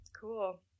cool